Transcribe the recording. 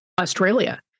Australia